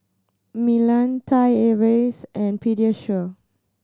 Milan Thai Airways and Pediasure